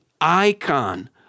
icon